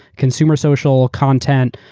consumer social, content,